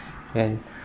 and